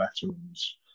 veterans